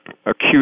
acute